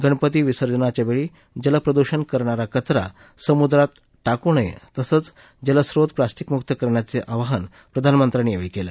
गणपती विसर्जनाच्या वेळी जलप्रदूषण करणारा कचरा समुद्रातटाकू नये तसंच जलस्रोत प्लॅस्टिक मुक्त करण्याचं आवाहन प्रधानमंत्र्यांनी यावेळी केलं